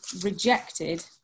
rejected